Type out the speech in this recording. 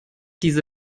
diese